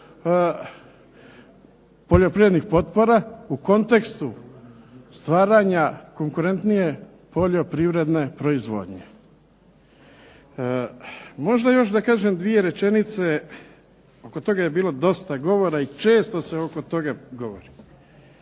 poljoprivrednih potpora u kontekstu stvaranja konkurentnije poljoprivredne proizvodnje. Možda još da kažem 2 rečenice, oko toga je bilo dosta govora i često se oko toga govori.